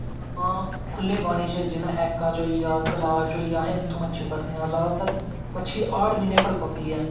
हां खुल्ले पानी च जियां ऐका च होईया तलाऽ च होईया उत्थूं मच्छी फड़दे आं जादातर मच्छी हाड़ म्हीनै पड़कोंदी ऐ